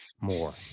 more